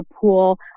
pool